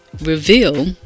reveal